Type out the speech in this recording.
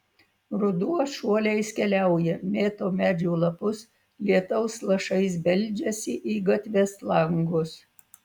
ruduo šuoliais keliauja mėto medžių lapus lietaus lašais beldžiasi į gatves langus